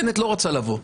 בנט לא רצה לבוא.